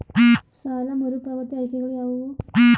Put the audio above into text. ಸಾಲ ಮರುಪಾವತಿ ಆಯ್ಕೆಗಳು ಯಾವುವು?